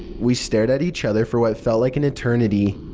we stared at each other for what felt like an eternity,